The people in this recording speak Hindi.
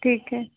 ठीक है